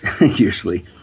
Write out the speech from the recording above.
usually